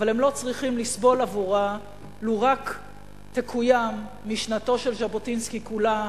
אבל הם לא צריכים לסבול עבורה לו רק תקוים משנתו של ז'בוטינסקי כולה,